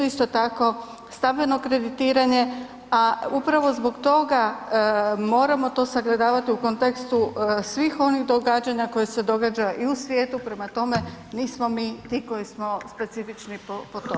Isto tako stambeno kreditiranje, a upravo zbog toga moramo to sagledavati u kontekstu svih onih događanja koje se događa i u svijetu prema tome nismo mi ti koji smo specifični po tome.